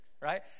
right